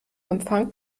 empfang